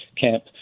camp